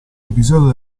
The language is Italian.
episodio